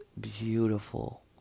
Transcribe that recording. beautiful